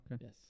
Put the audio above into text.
yes